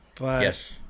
Yes